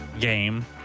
game